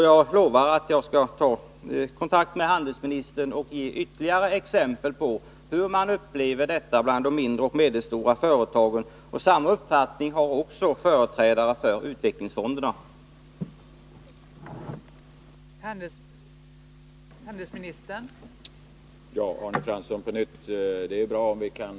Jag lovar att jag skall ta kontakt med handelsministern och ge ytterligare exempel på hur människor på de mindre och medelstora företagen upplever det här uppgiftslämnandet. Företrädare för utvecklingsfonderna har samma uppfattning.